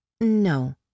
No